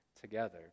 together